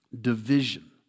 Division